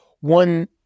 one